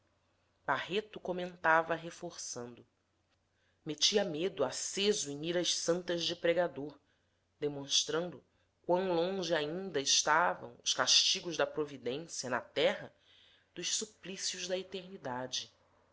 barreto comentava reforçando metia medo aceso em iras santas de pregador demonstrando quão longe ainda estavam os castigos da providência na terra dos suplícios da eternidade